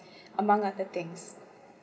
among other things